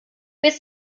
bis